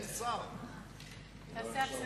תעשה הפסקה.